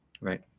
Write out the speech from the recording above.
right